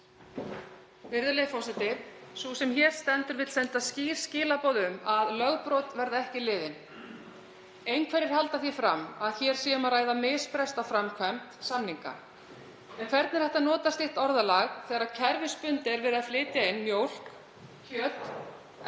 Virðulegi forseti. Sú sem hér stendur vill senda skýr skilaboð um að lögbrot verði ekki liðin. Einhverjir halda því fram að hér sé um að ræða misbrest á framkvæmd samninga. En hvernig er hægt að nota slíkt orðalag þegar kerfisbundið er verið að flytja inn mjólk, kjöt, egg